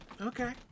okay